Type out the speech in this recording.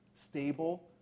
stable